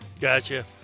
Gotcha